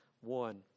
one